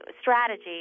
strategy